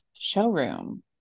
showroom